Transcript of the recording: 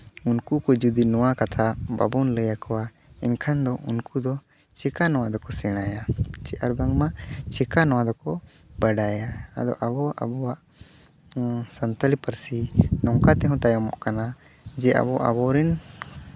ᱩᱱᱠᱩ ᱠᱚ ᱡᱩᱫᱤ ᱱᱚᱣᱟ ᱠᱟᱛᱷᱟ ᱵᱟᱵᱚᱱ ᱞᱟᱹᱭ ᱠᱚᱣᱟ ᱮᱱᱠᱷᱟᱱ ᱫᱚ ᱩᱱᱠᱩ ᱫᱚ ᱪᱤᱠᱟ ᱱᱚᱣᱟ ᱫᱚᱠᱚ ᱥᱮᱬᱟᱭᱟ ᱪᱮ ᱵᱟᱝᱢᱟ ᱪᱤᱠᱟ ᱱᱚᱣᱟ ᱫᱚᱠᱚ ᱵᱟᱰᱟᱭᱟ ᱟᱫᱚ ᱟᱵᱚ ᱟᱵᱚᱣᱟᱜ ᱥᱟᱱᱛᱟᱲᱤ ᱯᱟᱹᱨᱥᱤ ᱱᱚᱝᱠᱟ ᱛᱮᱦᱚᱸ ᱛᱟᱭᱚᱢᱚᱜ ᱠᱟᱱᱟ ᱡᱮ ᱟᱵᱚ ᱟᱵᱚᱨᱮᱱ